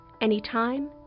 anytime